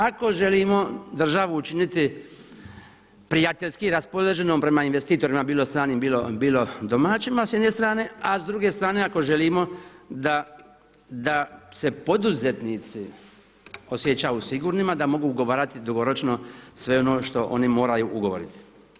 Ako želimo državu učiniti prijateljski raspoloženom prema investitorima bilo stranim, bilo domaćima sa jedne strane, a s druge strane ako želimo da se poduzetnici osjećaju sigurnima da mogu ugovarati dugoročno sve ono što oni moraju ugovoriti.